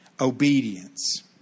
obedience